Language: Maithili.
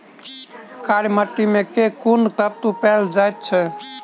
कार्य माटि मे केँ कुन तत्व पैल जाय छै?